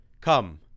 come